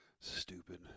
Stupid